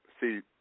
see